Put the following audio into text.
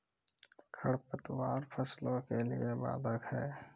खडपतवार फसलों के लिए बाधक हैं?